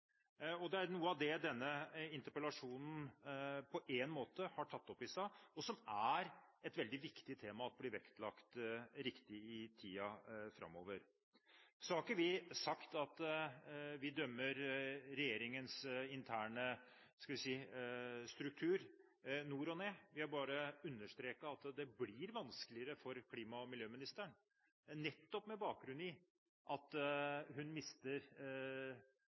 Og det er noe av det denne interpellasjonen på en måte har tatt opp i seg, og som er et veldig viktig tema å vektlegge riktig i tiden framover. Så har ikke vi sagt at vi dømmer regjeringens interne struktur nord og ned. Vi har bare understreket at det blir vanskeligere for klima- og miljøministeren, med bakgrunn i at hun mister